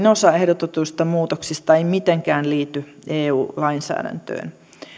osa ehdotetuista muutoksista ei mitenkään liity eu lainsäädäntöön